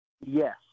Yes